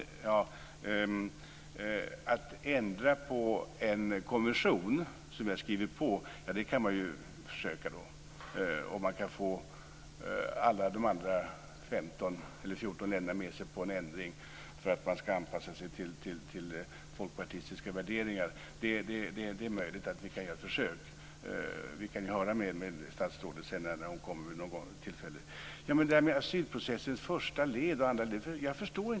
Fru talman! Att ändra på en konvention som vi har skrivit under kan man ju försöka med, om man kan få alla övriga 14 länder med sig på en ändring för att det ska ske en anpassning till folkpartistiska värderingar. Det är möjligt att vi kan göra ett försök. Vi kan ju höra med statsrådet vid något tillfälle. Jag förstår inte detta med asylprocessens första och andra led.